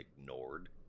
ignored